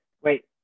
wait